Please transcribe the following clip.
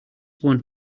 one